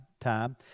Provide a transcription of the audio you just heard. time